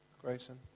Grayson